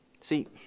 See